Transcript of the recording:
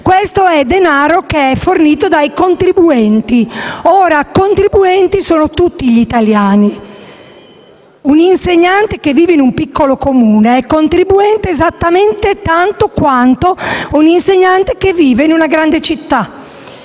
Questo è denaro fornito dai contribuenti. Ricordo che i contribuenti sono tutti gli italiani: un insegnante che vive in un piccolo Comune è contribuente esattamente tanto quanto un insegnante che vive in una grande città.